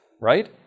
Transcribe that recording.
Right